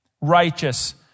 righteous